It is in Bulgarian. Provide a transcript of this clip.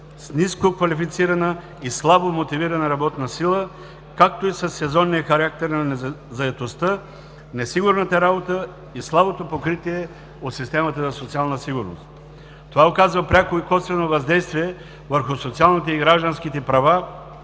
с нискоквалифицирана и слабо мотивирана работна сила, както и със сезонния характер на заетостта, несигурната работа и слабото покритие от системата за социална сигурност. Това оказва пряко и косвено въздействие върху социалните и гражданските права